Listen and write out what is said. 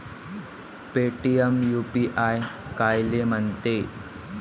Paytm UPI कायले म्हनते?